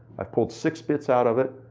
i pulled six bits out of it.